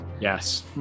yes